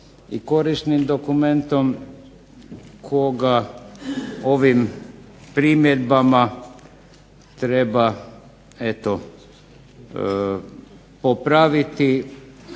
i korisnim dokumentom koga ovim primjedbama treba eto popraviti